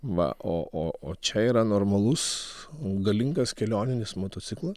va o o o čia yra normalus galingas kelioninis motocikla